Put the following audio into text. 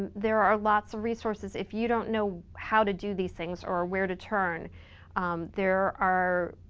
there are lots of resources if you don't know how to do these things or where to turn there are,